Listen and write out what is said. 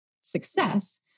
success